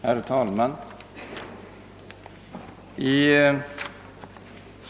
Herr talman!